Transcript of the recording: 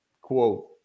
quote